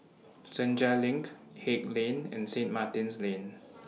Senja LINK Haig Lane and Saint Martin's Lane